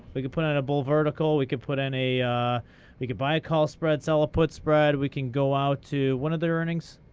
we could put in a bull vertical. we could put in a we could buy a call spread, sell a put spread. we can go out to when are their earnings?